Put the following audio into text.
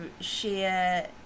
share